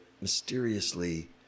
mysteriously